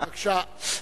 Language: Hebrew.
בבקשה.